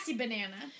banana